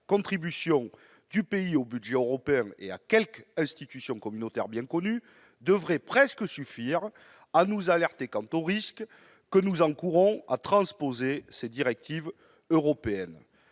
contribution du pays au budget européen et à quelques institutions communautaires bien connues, devrait presque suffire, mes chers collègues, à nous alerter quant aux risques que nous encourons à transposer ces directives européennes